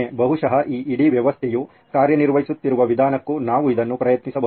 ಬಹುಶಃ ಈ ಇಡೀ ವ್ಯವಸ್ಥೆಯು ಕಾರ್ಯನಿರ್ವಹಿಸುತ್ತಿರುವ ವಿಧಾನಕ್ಕೂ ನಾವು ಇದನ್ನು ಪ್ರಯತ್ನಿಸಬಹುದು